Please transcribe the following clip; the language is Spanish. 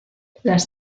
las